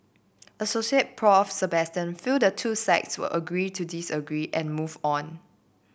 Assoc Prof Sebastian feel the two sides will agree to disagree and move on